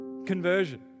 conversion